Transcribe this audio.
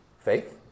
faith